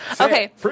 Okay